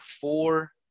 four